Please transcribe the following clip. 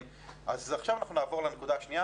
הנקודה השנייה